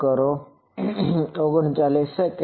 જોશું